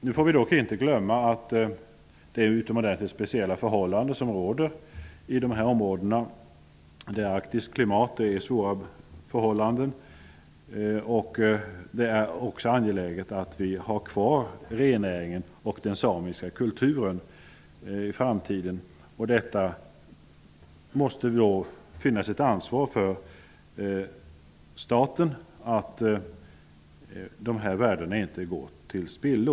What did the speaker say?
Nu får vi dock inte glömma att det råder utomordentligt speciella förhållanden i dessa områden. Det är arktiskt klimat och svåra förhållanden. Det är också angeläget att vi i framtiden har kvar rennäringen och den samiska kulturen. Det måste finnas ett ansvar för staten så att dessa värden inte går till spillo.